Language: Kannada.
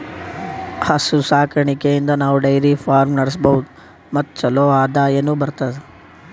ಹಸು ಸಾಕಾಣಿಕೆಯಿಂದ್ ನಾವ್ ಡೈರಿ ಫಾರ್ಮ್ ನಡ್ಸಬಹುದ್ ಮತ್ ಚಲೋ ಆದಾಯನು ಬರ್ತದಾ